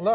look